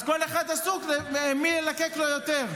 אז כל אחד עסוק במי ילקק לו יותר.